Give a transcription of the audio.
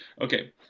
Okay